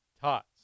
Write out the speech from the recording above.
Tots